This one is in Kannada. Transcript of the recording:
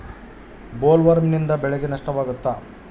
ಬೊಲ್ವರ್ಮ್ನಿಂದ ಬೆಳೆಗೆ ನಷ್ಟವಾಗುತ್ತ?